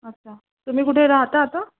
अच्छा तुम्ही कुठे राहता आता